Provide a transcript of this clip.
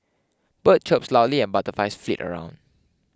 bird chirp loudly and butterflies flit around